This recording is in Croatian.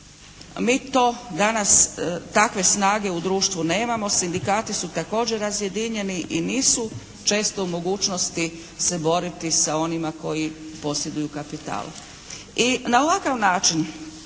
mi to danas takve snage u društvu nemamo, sindikati su također razjedinjeni i nisu često u mogućnosti se boriti sa onima koji posjeduju kapital. I na ovakav način